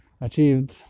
achieved